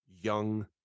young